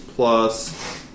Plus